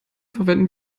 verwenden